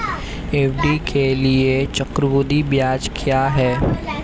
FD के लिए चक्रवृद्धि ब्याज क्या है?